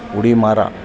उडी मारा